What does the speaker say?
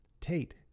Tate